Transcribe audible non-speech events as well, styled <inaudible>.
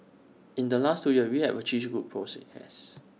in the last two years we have achieved good <unintelligible>